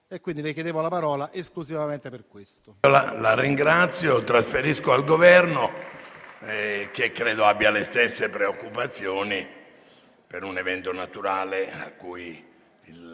le chiedevo la parola esclusivamente per questo.